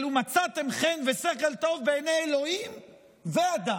של מצאתם "חן ושכל טוב בעיני אלהים ואדם".